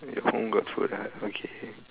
your home got food ah okay